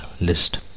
list